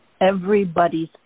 everybody's